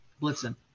blitzen